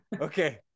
Okay